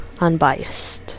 unbiased